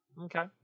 Okay